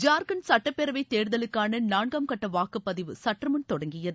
ஜார்க்கண்ட் சட்டப்பேரவைத் தேர்தலுக்கான நான்காம் கட்ட வாக்குப்பதிவு சற்றுமுன் தொடங்கியது